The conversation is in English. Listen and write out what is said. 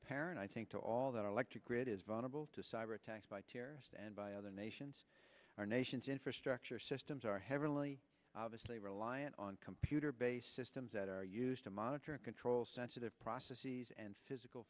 apparent i think to all that electric grid is vulnerable to cyber attacks by terrorists and by other nations our nation's infrastructure systems are heavily obviously reliant on computer based systems that are used to monitor and control sensitive processes and physical